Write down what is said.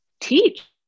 teach